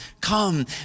come